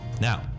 Now